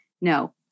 No